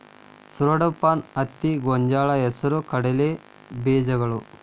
ಸೂರಡಪಾನ, ಹತ್ತಿ, ಗೊಂಜಾಳ, ಹೆಸರು ಕಡಲೆ ಬೇಜಗಳು